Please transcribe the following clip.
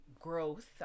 growth